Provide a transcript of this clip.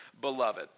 beloved